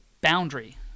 boundary